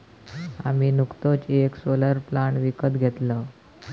आम्ही नुकतोच येक सोलर प्लांट विकत घेतलव